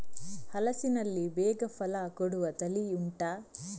ಹಲಸಿನಲ್ಲಿ ಬೇಗ ಫಲ ಕೊಡುವ ತಳಿ ಉಂಟಾ